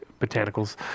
botanicals